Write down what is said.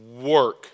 work